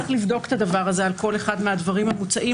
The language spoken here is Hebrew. צריך לבדוק את הדבר הזה על כל אחד מהדברים המוצעים